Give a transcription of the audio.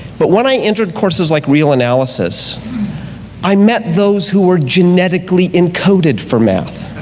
but when i entered courses like real analysis i met those who were genetically encoded for math.